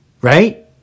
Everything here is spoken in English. right